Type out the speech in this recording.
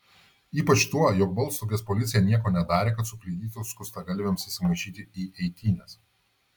ypač tuo jog baltstogės policija nieko nedarė kad sukliudytų skustagalviams įsimaišyti į eitynes